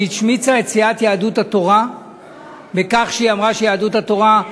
היא השמיצה את סיעת יהדות התורה בכך שהיא אמרה שיהדות התורה,